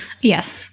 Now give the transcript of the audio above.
Yes